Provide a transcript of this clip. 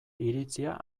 iritzia